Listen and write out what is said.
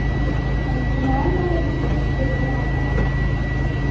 हां जी मैम में इस्सै वीक जम्मू आना ऐ